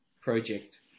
project